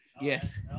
Yes